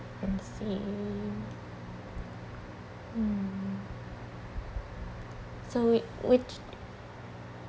I see hmm so wh~which